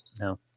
No